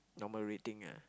normal rating ah